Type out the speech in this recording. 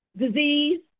Disease